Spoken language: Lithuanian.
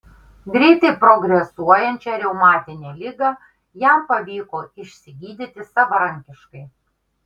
greitai progresuojančią reumatinę ligą jam pavyko išsigydyti savarankiškai